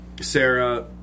Sarah